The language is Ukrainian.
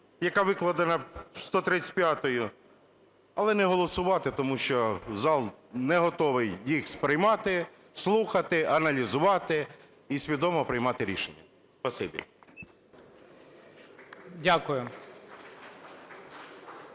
яка викладена 135-ю. Але не голосувати, тому що зал не готовий їх сприймати, слухати, аналізувати і свідомо приймати рішення.